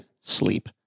sleep